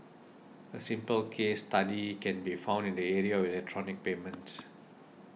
a simple case study can be found in the area of electronic payments